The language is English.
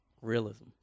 realism